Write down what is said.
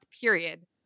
period